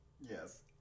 Yes